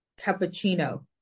cappuccino